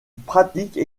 pratique